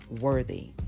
worthy